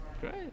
great